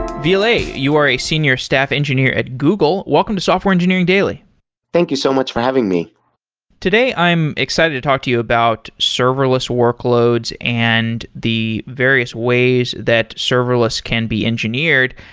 ville, you are a senior staff engineer at google. welcome to software engineering daily thank you so much for having me today i'm excited to talk to you about serverless workloads and the various ways that serverless can be engineered.